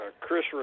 Chris